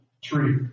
tree